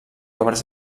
obres